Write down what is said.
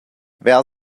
wer